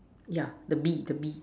ya the bee the bee